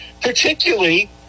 particularly